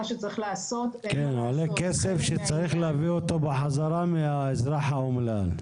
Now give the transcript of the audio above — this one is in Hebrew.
להעביר את הטיפול באיסוף המידע להנחות.